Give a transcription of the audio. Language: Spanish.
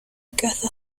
casa